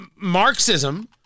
Marxism